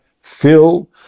fill